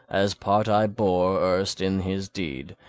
as part i bore erst in his deed,